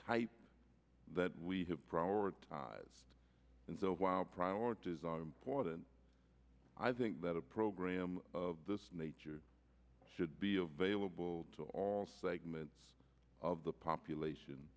type that we have prioritized and so while priorities are important i think that a program of this nature should be available to all segments of the population